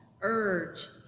urge